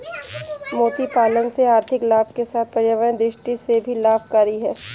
मोती पालन से आर्थिक लाभ के साथ पर्यावरण दृष्टि से भी लाभकरी है